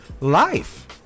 life